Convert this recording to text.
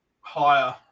Higher